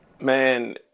Man